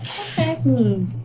Okay